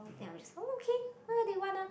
then I was just okay know they wanna